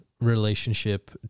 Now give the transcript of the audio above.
relationship